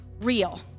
real